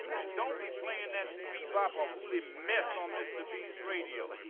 and don't be playing that bebop-a-hooly mess on mr. b's radio.